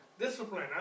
Discipline